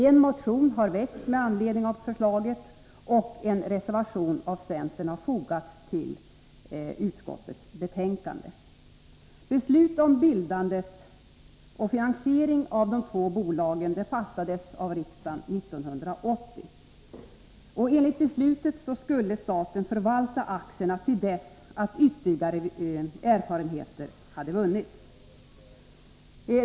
En motion har väckts med anledning av förslaget, och en reservation av centern har fogats till utskottsbetänkandet. Beslut om bildandet och finansiering av de två bolagen fattades av riksdagen 1980. Enligt beslutet skulle staten förvalta aktierna tills ytterligare erfarenheter hade vunnits.